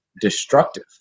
destructive